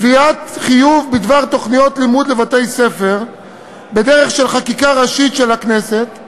קביעת חיוב בדבר תוכניות לימוד לבתי-ספר בדרך של חקיקה ראשית של הכנסת,